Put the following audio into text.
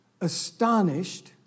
astonished